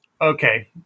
Okay